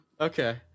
okay